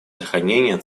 сохранения